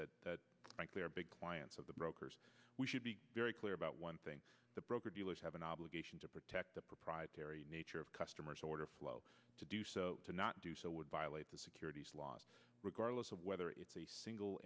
that they're big clients of the brokers we should be very clear about one thing the broker dealers have an obligation to protect the proprietary nature of customers order flow to do so to not do so would violate the securities laws regardless of whether it's a single